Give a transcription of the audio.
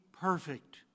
perfect